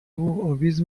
اویز